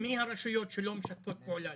מי הרשויות שלא משתפות פעולה?